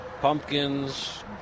Pumpkins